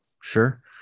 Sure